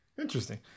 Interesting